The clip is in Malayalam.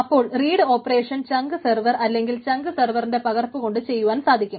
അപ്പോൾ റീഡ് ഓപ്പറേഷൻ ചങ്ക് സർവർ അല്ലെങ്കിൽ ചങ്ക് സർവറിന്റെ പകർപ്പ് കൊണ്ട് ചെയ്യുവാൻ സാധിക്കും